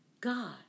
God